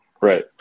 Right